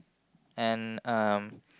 and um